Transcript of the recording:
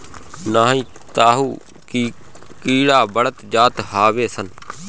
नाही तअ उ कीड़ा बढ़त जात हवे सन